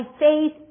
faith